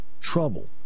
trouble